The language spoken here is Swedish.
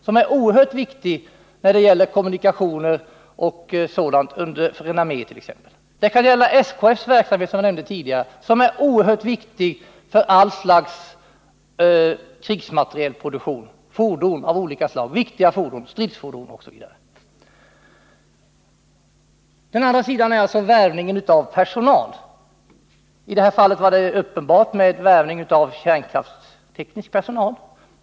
som är oerhört viktig när det gäller kommunikationer m.m. för t.ex. en armé. Det kan gälla SKF:s verksamhet, som jag nämnde tidigare och som är oerhört viktig för all slags krigsmaterielproduktion — fordon av olika slag, viktiga fordon, stridsfordon osv. Den andra sidan är värvningen av personal. I det här fallet var värvningen av kärnkraftsteknisk personal uppenbar.